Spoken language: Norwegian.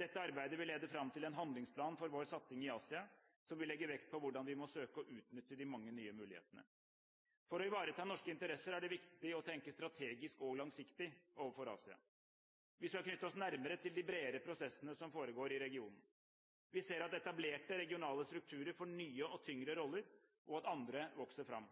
Dette arbeidet vil lede fram til en handlingsplan for vår satsing i Asia som vil legge vekt på hvordan vi må søke å utnytte de mange nye mulighetene. For å ivareta norske interesser er det viktig å tenke strategisk og langsiktig overfor Asia. Vi skal knytte oss nærmere til de bredere prosessene som foregår i regionen. Vi ser at etablerte regionale strukturer får nye og tyngre roller, og at andre vokser fram.